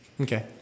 Okay